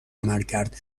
عملکرد